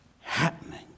happening